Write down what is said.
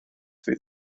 fydd